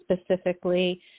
specifically